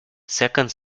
second